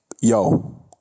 yo